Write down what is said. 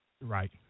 right